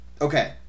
Okay